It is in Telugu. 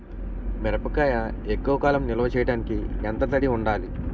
మిరపకాయ ఎక్కువ కాలం నిల్వ చేయటానికి ఎంత తడి ఉండాలి?